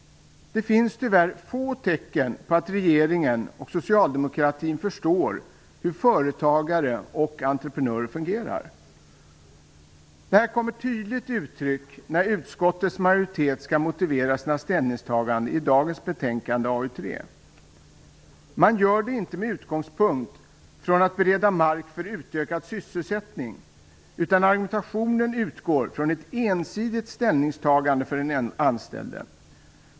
Det finns tyvärr få tecken på att regeringen och socialdemokratin förstår hur företagare och entreprenörer fungerar. Detta kommer tydligt till uttryck när utskottets majoritet skall motivera sina ställningstaganden i dagens betänkande AU3. Man gör det inte med utgångspunkt i att bereda mark för utökad sysselsättning, utan argumentationen utgår från ett ensidigt ställningstagande för den anställde.